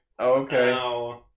okay